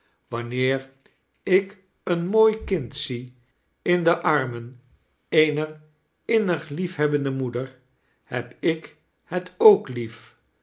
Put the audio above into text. wanneer ik een mooi kind zie in de armen eener inaiig liefhebbende moeder heb ik het ook lief